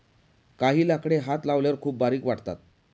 काही लाकडे हात लावल्यावर खूप बारीक वाटतात